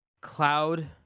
Cloud